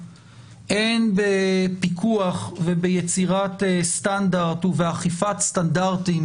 הן בפיקוח וביצירת סטנדרט ובאכיפת סטנדרטים